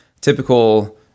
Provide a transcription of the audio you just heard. typical